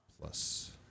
plus